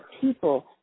people